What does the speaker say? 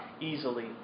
easily